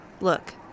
Look